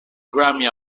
grammy